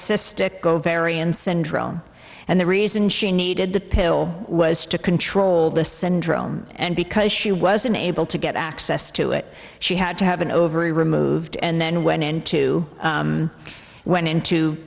cystic go varian syndrome and the reason she needed the pill was to control the syndrome and because she was unable to get access to it she had to have an ovary removed and then went into went into